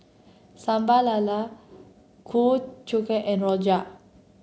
Sambal Lala Ku Chai Kueh and Rojak